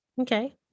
Okay